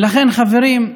ולכן, חברים,